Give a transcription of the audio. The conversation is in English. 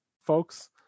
folks